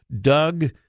Doug